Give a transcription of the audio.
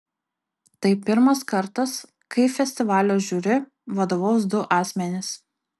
tai pirmas kartas kai festivalio žiuri vadovaus du asmenys